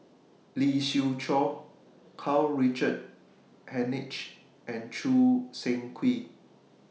Lee Siew Choh Karl Richard Hanitsch and Choo Seng Quee